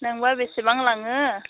नोंबा बेसेबां लाङो